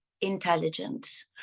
intelligence